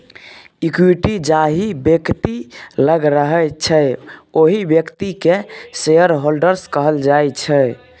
equity जाहि बेकती लग रहय छै ओहि बेकती केँ शेयरहोल्डर्स कहल जाइ छै